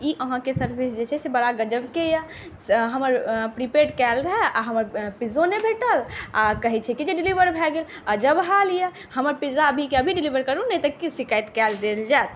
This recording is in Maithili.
ई अहाँके सर्विस जे छै से बड़ा गजबके अइ हमर प्रीपेड कएल रहै आओर हमर पिज्जो नहि भेटल आओर कहै छै कि डिलीवर भऽ गेल अजब हाल अइ हमर पिज्जा अभीके अभी डिलीवर करू नहि तऽ किछु शिकायत कऽ देल जाएत